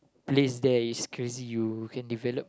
place there is crazy you can develop